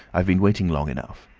i've been waiting long enough.